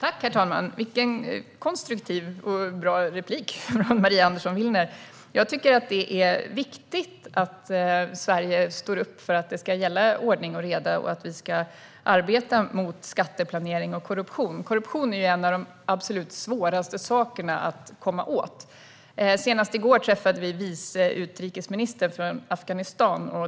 Herr talman! Vilken konstruktiv och bra replik från Maria Andersson Willner! Jag tycker att det är viktigt att Sverige står upp för att ordning och reda ska gälla och att vi ska arbeta mot skatteplanering och korruption. Korruption är ju en av de absolut svåraste sakerna att komma åt. I går träffade vi Afghanistans vice utrikesminister.